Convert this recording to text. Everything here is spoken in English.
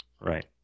Right